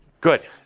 Good